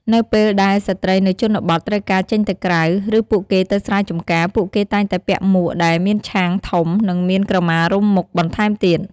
នៅពេលដែលស្ត្រីនៅជនបទត្រូវការចេញទៅក្រៅ ឬពួកគេទៅស្រែចំការពួកគេតែងតែពាក់មួកដែលមានឆាងធំនិងមានក្រមារុំមុខបន្ថែមទៀត។